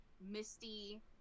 misty